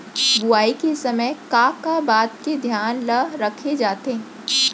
बुआई के समय का का बात के धियान ल रखे जाथे?